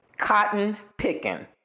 cotton-picking